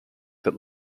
that